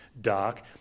dark